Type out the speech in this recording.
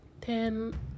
ten